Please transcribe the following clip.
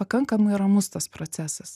pakankamai ramus tas procesas